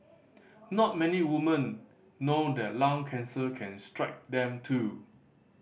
not many women know that lung cancer can strike them too